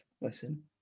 listen